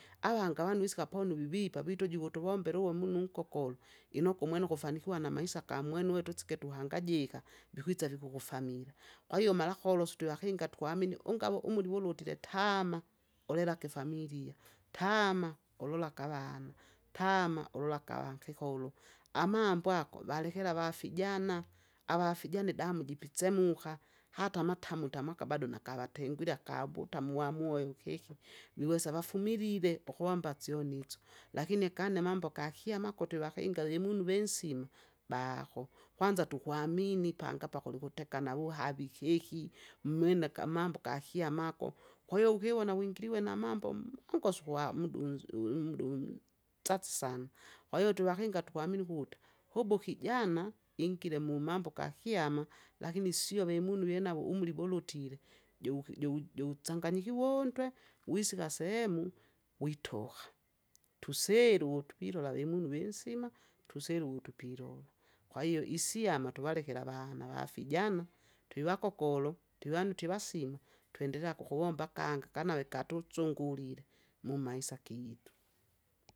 Avange avani isika ponu vivipa vita uju ikutuvombera uwe munu unkokol, inokwa umwene ukufanukiwa namaisa gamwene uwe tusike tuhangajika, vikwisa vikukufamila, kwahiyo malakolosu twevakinga tukwamini ungawa umudi wulutire taama, olelake ifamilia, taama ululake avana, taama ululake avankikolo, amambo ago valekela avafijana, avafijana idamu jipisemuka, hata amatamu tamaka bado nakavatengwile akabuta muamue ukiki. Wiwesa vafumilile, ukuwamba syoni isyo, lakini ikane amambo gakyama ako twevakinga vemunu vensima baho. Kwanza tukwamini panga pakuli ukuteka navuhavi keki. mmine akamambo kakyama ako, kwahiyo ukivona wingiliwe namambo mongosu ukuwa mudu unzu umudu umu- sasi sana, kwahiyo twivakinga tukwamini ukuta, kubu kijana ingire mumambo gakyama lakini sio vemunu venavo umri vulutile, jouki- jow- jowusanganykiwa untwe! wisika sehemu witoga, tusisilu utu pilola vimunu vinsima, tusilu uwutu pilola. Kwahiyo isiama tuvalekele avana avafijana, twivakokolo twivandu twivasima twendelea kukuvomba akangi akanawe katutsungulile mumaisa akitu.